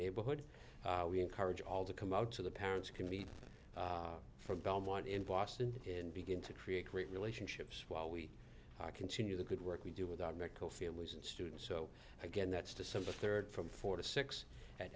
neighborhood we encourage all to come out to the parents can be from belmont in boston and begin to create great relationships while we continue the good work we do with our medical field was and students so again that's december third from four to six at